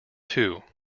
two